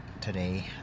today